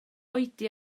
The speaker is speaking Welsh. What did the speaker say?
oedi